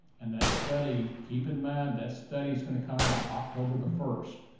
and that study, keep in mind, that study's gonna come out october the first.